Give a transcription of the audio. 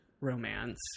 romance